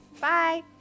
bye